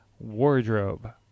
wardrobe